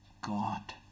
God